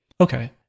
Okay